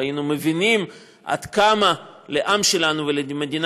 והיינו מבינים עד כמה לעם שלנו ולמדינה